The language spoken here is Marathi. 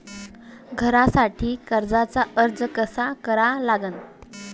घरासाठी कर्जाचा अर्ज कसा करा लागन?